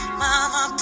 mama